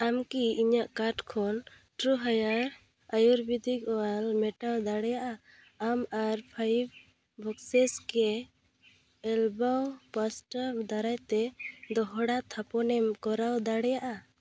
ᱟᱢᱠᱤ ᱤᱧᱟᱹᱜ ᱠᱟᱴ ᱠᱷᱚᱱ ᱴᱨᱩ ᱦᱮᱭᱟᱨ ᱟᱭᱩᱨᱵᱮᱫᱤᱠ ᱚᱣᱟᱞ ᱢᱮᱴᱟᱣ ᱫᱟᱲᱮᱭᱟᱜᱼᱟ ᱟᱢ ᱟᱨ ᱯᱷᱭᱤᱵᱷ ᱵᱚᱠᱥᱮᱥ ᱠᱮᱭᱟ ᱮᱞᱵᱚᱣ ᱯᱟᱥᱴᱟ ᱫᱟᱨᱟᱭᱛᱮ ᱫᱚᱦᱲᱟ ᱛᱷᱟᱯᱚᱱᱮᱢ ᱠᱚᱨᱟᱣ ᱫᱟᱲᱮᱭᱟᱜᱼᱟ